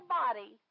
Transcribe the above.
body